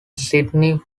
sydney